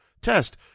test